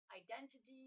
identity